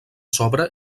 sobre